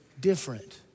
different